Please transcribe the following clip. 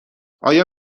آیا